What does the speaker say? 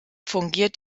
fungiert